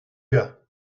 gars